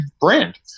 brand